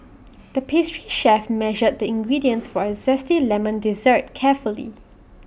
the pastry chef measured the ingredients for A Zesty Lemon Dessert carefully